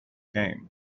came